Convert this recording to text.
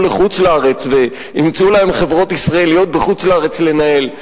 לחוץ-לארץ וימצאו להם חברות ישראליות בחוץ-לארץ לנהל.